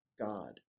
God